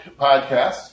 podcast